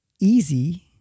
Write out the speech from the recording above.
easy